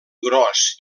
gros